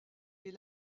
est